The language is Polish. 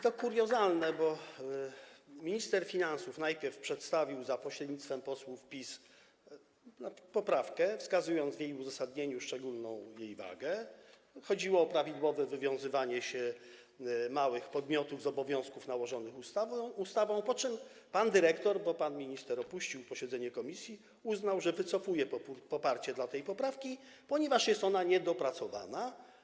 To kuriozalne, bo minister finansów najpierw przedstawił za pośrednictwem posłów PiS poprawkę, wskazując w jej uzasadnieniu szczególną jej wagę, chodziło o prawidłowe wywiązywanie się małych podmiotów z obowiązków nałożonych ustawą, po czym pan dyrektor - bo pan minister opuścił posiedzenie komisji - uznał, że wycofuje poparcie dla tej poprawki, ponieważ jest ona niedopracowana.